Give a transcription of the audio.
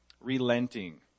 relenting